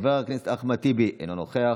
חברת הכנסת אימאן ח'טיב יאסין, אינה נוכחת,